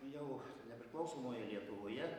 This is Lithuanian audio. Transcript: jau nepriklausomoje lietuvoje